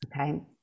okay